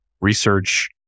research